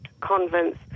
convents